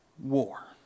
war